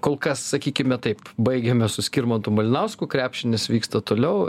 kol kas sakykime taip baigiame su skirmantu malinausku krepšinis vyksta toliau